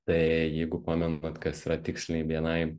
tai jeigu pamenat kas yra tiksliniai bni